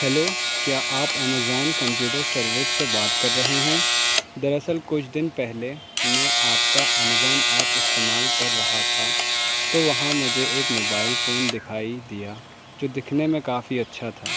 hello کیا آپ Amazon computer service سے بات کر رہے ہیں در اصل کچھ دن پہلے میں آپ کا امیزون ایپ استعمال کر رہا تھا تو وہاں مجھے ایک موبائل فون دکھائی دیا جو دکھنے میں کافی اچھا تھا